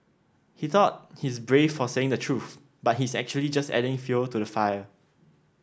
he thought he's brave for saying the truth but he's actually just adding fuel to the fire